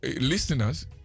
listeners